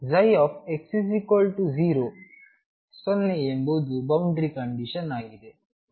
x0 0 ಎಂಬುದು boundary condition ಆಗಿದೆ